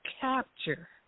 capture